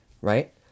right